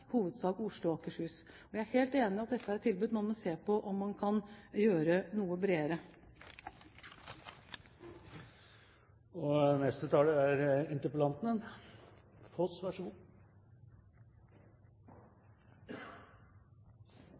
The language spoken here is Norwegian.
Oslo og Akershus. Jeg er helt enig i at man må se på om man kan gjøre dette tilbudet noe bredere. Jeg takker for statsrådens svar. Jeg er